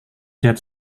sehat